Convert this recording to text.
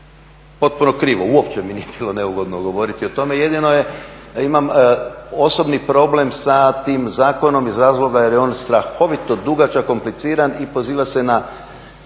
potpuno krivo. Uopće mi nije bilo neugodno govoriti o tome jedino imam osobni problem sa tim zakonom iz razloga jer je on strahovito dugačak, kompliciran i poziva se na